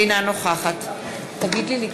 אינה נוכחת נא